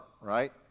right